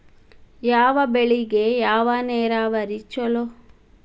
ಯಾವ ಬೆಳಿಗೆ ಯಾವ ನೇರಾವರಿ ಛಲೋ?